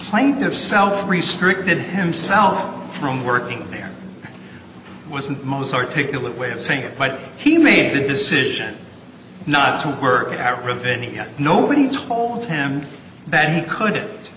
plaintiff's self restricted himself from working there wasn't most articulate way of saying it but he made the decision not to work at ravinia nobody told him that he could it